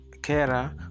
Kera